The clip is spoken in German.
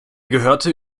gehörte